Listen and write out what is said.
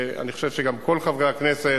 אני חושב שגם כל חברי הכנסת,